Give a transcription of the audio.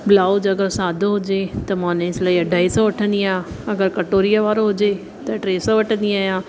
blouse अगरि सादो हुजे त मां उनजी सिलाई अढाई सौ वठंदी आहियां अगरि कटोरीअ वारो हुजे त टे सौ वठंदी आहियां